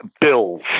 bills